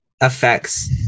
affects